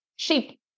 Sheep